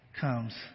comes